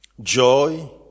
Joy